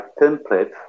templates